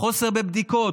חוסר בבדיקות,